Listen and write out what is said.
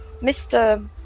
Mr